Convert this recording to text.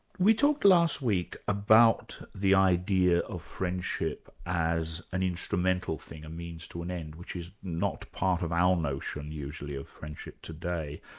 we talked last week about the idea of friendship as an instrumental thing, a means to an end, which is not part of our notion usually of friendship today.